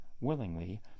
willingly